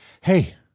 Hey